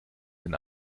den